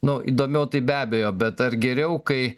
nu įdomiau tai be abejo bet ar geriau kai